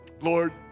Lord